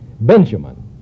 Benjamin